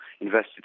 invested